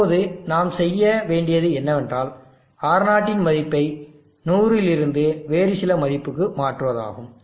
இப்போது நாம் செய்ய வேண்டியது என்னவென்றால் R0 இன் மதிப்பை 100 இலிருந்து வேறு சில மதிப்புக்கு மாற்றுவதாகும்